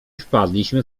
wpadliśmy